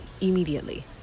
immediately